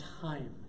time